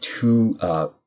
two